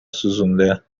سوزونده